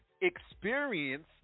Experience